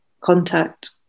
contact